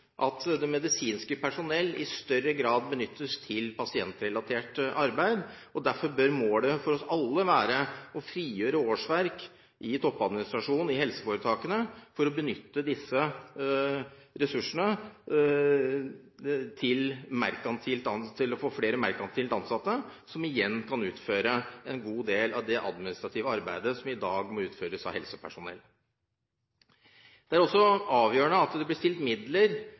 at det medisinske personell i større grad benyttes til pasientrelatert arbeid. Derfor bør målet for oss alle være å frigjøre årsverk i toppadministrasjonen i helseforetakene for å benytte disse ressursene til å få flere merkantilt ansatte som kan utføre en god del av det administrative arbeidet som i dag må utføres av helsepersonell. Det er også avgjørende at det blir stilt midler